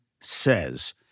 says